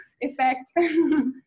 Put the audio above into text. effect